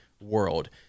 world